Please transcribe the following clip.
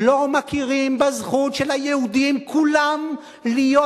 לא מכירים בזכות של היהודים כולם להיות